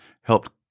helped